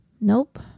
Nope